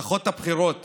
הבטחות הבחירות